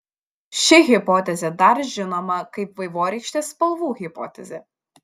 ši hipotezė dar žinoma kaip vaivorykštės spalvų hipotezė